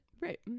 right